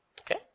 Okay